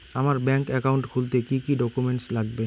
আমার bank account খুলতে কি কি ডকুমেন্ট লাগবে?